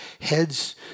heads